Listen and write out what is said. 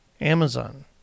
Amazon